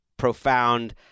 Profound